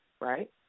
right